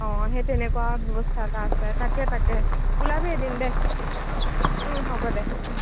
অ সেই তেনেকুৱা ব্যৱস্থা এটা আছে তাকে তাকে ওলাবি এদিন দে হ'ব দে